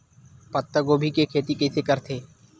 पत्तागोभी के खेती कइसे करथे?